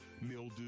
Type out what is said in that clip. mildew